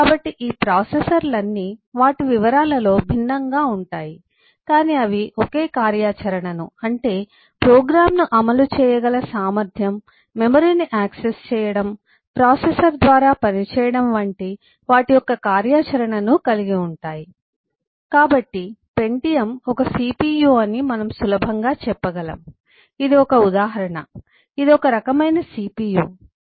కాబట్టి ఈ ప్రాసెసర్లన్నీ వాటి వివరాలలో భిన్నంగా ఉంటాయి కానీ అవి ఒకే కార్యాచరణను అంటే ప్రోగ్రామ్ను అమలు చేయగల సామర్థ్యం మెమరీని యాక్సెస్ చేయడం ప్రాసెసర్ ద్వారా పనిచేయడం వంటి వాటి యొక్క కార్యాచరణను కలిగి ఉంటాయి కాబట్టి పెంటియమ్ ఒక CPU అని మనం సులభంగా చెప్పగలం ఇది ఒక ఉదాహరణ ఇది ఒక రకమైన CPU